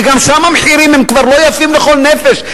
וגם שם המחירים כבר לא יפים לכל נפש.